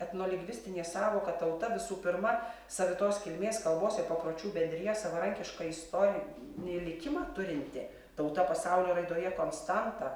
etnolingvistinė sąvoka tauta visų pirma savitos kilmės kalbos ir papročių bendrija savarankišką istorinį likimą turinti tauta pasaulio raidoje konstanta